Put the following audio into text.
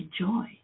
joy